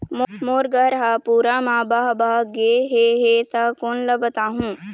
मोर घर हा पूरा मा बह बह गे हे हे ता कोन ला बताहुं?